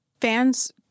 fans